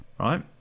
Right